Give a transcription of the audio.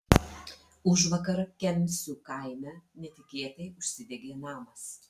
užvakar kemsių kaime netikėtai užsidegė namas